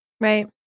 Right